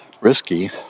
risky